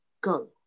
go